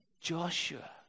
Joshua